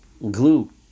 glue